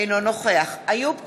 אינו נוכח איוב קרא,